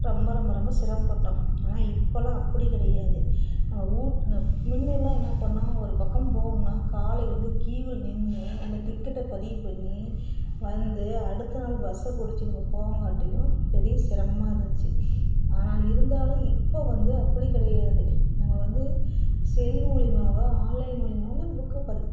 ரொம்ப ரொம்ப ரொம்ப சிரமப்பட்டோம் ஆனால் இப்போல்லாம் அப்படி கிடையாது நம்ம ஊர் ந முன்னல்லாம் என்ன பண்ணோம் ஒரு பக்கம் போகணுன்னா காலையிலிருந்து கியூவில் நின்று அந்த டிக்கெட்டை பதிவு பண்ணி வந்து அடுத்த நாள் பஸ்ஸில் பிடிச்சு நம்ப போவங்காட்டியும் பெரிய சிரமமாக இருந்துச்சு ஆனால் இருந்தாலும் இப்போ வந்து அப்படி கிடையாது நம்ப வந்து செல் மூலியமாகவோ ஆன்லைன் மூலியமாகவோ நம்ம புக்கு பதி